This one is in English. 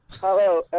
Hello